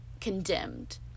condemned